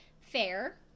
fair